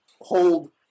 hold